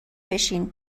بشین